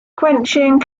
quenching